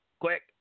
Quick